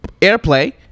airplay